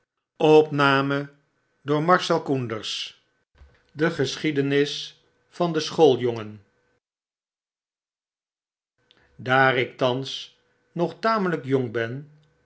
de geschiedenis van den schooljongen daar ik thans nog tamelijk jong ben